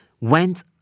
went